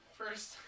first